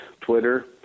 Twitter